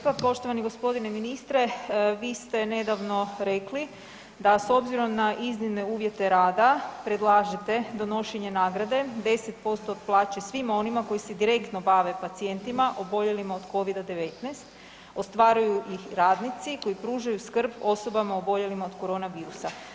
Poštovani gospodine ministre, vi ste nedavno rekli da s obzirom na iznimne uvjete rada predlažete donošenje nagrade, 10% od plaće svim onima koji se direktno bave pacijentima oboljelima od Covida-19, ostvaruju ih radnici koji pružaju skrb osobama oboljelima od korona virusa.